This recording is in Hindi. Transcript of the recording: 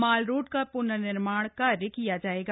माल रोड का पुनर्निर्माण का कार्य किया जाएगा